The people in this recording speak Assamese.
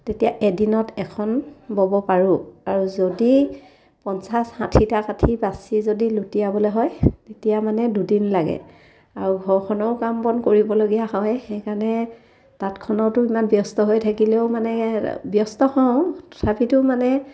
তেতিয়া এদিনত এখন ব'ব পাৰোঁ আৰু যদি পঞ্চাছ ষাঠিটা কাঠি বাছি যদি লুটিয়াবলৈ হয় তেতিয়া মানে দুদিন লাগে আৰু ঘৰখনৰো কাম বন কৰিবলগীয়া হয় সেইকাৰণে তাঁতখনৰতো ইমান ব্যস্ত হৈ থাকিলেও মানে ব্যস্ত হওঁ তথাপিতো মানে